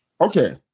Okay